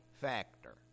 factor